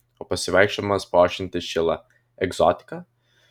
o pasivaikščiojimas po ošiantį šilą egzotika